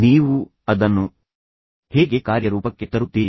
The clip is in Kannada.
ನೀವು ಅದನ್ನು ಹೇಗೆ ಕಾರ್ಯರೂಪಕ್ಕೆ ತರುತ್ತೀರಿ